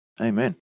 Amen